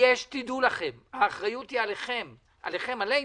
תדעו לכם, האחריות היא עליכם הכוונה,